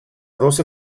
doce